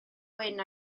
wyn